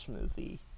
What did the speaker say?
movie